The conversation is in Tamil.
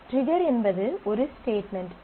ட்ரிகர் என்பது ஒரு ஸ்டேட்மென்ட்